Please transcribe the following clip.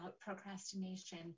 procrastination